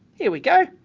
here we go,